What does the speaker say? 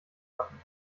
backen